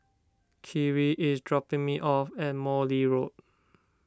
Khiry is dropping me off at Morley Road